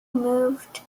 moved